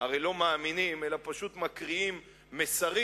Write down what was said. הרי לא מאמינים, אלא פשוט מקריאים מסרים,